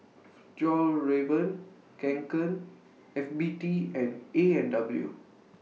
Fjallraven Kanken F B T and A and W